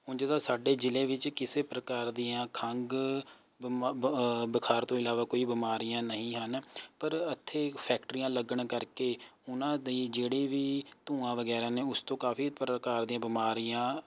ਉਂਝ ਤਾਂ ਸਾਡੇ ਜ਼ਿਲ੍ਹੇ ਵਿੱਚ ਕਿਸੇ ਪ੍ਰਕਾਰ ਦੀਆਂ ਖੰਘ ਬਿਮਾ ਬ ਬੁਖਾਰ ਤੋਂ ਇਲਾਵਾ ਕੋਈ ਬਿਮਾਰੀਆਂ ਨਹੀਂ ਹਨ ਪਰ ਇੱਥੇ ਫੈਕਟਰੀਆਂ ਲੱਗਣ ਕਰਕੇ ਉਨ੍ਹਾਂ ਦੀ ਜਿਹੜੀ ਵੀ ਧੂੰਆਂ ਵਗੈਰਾ ਨੇ ਉਸ ਤੋਂ ਕਾਫੀ ਪ੍ਰਕਾਰ ਦੀਆਂ ਬਿਮਾਰੀਆਂ